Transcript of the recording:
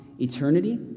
eternity